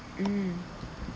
mmhmm